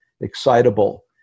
excitable